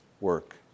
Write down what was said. work